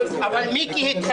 כי אתם צריכים עוד תפקיד.